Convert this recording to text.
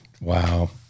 Wow